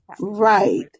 Right